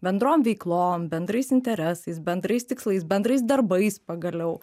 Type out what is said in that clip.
bendrom veiklom bendrais interesais bendrais tikslais bendrais darbais pagaliau